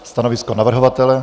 Stanovisko navrhovatele?